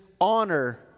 honor